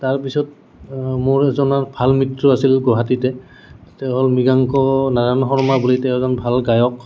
তাৰপিছত মোৰ এজন আৰু ভাল মিত্ৰ আছিল গুৱাহাটীতে তেওঁ হ'ল মৃগাংক নাৰায়ণ শৰ্মা বুলি তেওঁ এজন ভাল গায়ক